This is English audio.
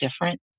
different